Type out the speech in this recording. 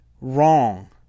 wrong